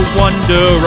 wonder